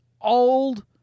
old